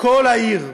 כל העיר.